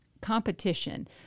competition